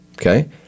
Okay